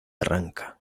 arranca